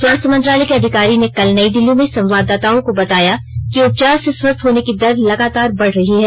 स्वास्थ्य मंत्रालय के अधिकारी ने कल नई दिल्ली में संवाददाताओं को बताया कि उपचार से स्वस्थ होने की दर लगातार बढ़ रही है